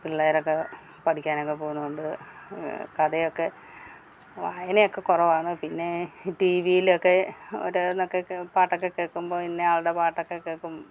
പിള്ളേരൊക്കെ പഠിക്കാനൊക്കെ പോകുന്നതുകൊണ്ട് കഥയൊക്കെ വായനയൊക്കെ കുറവാണ് പിന്നെ ടി വിയിലൊക്കെ ഓരോന്നൊക്കെ പാട്ടൊക്കെ കേൾക്കുമ്പോൾ ഇന്ന ആളുടെ പാട്ടൊക്കെ കേൾക്കുമ്പോൾ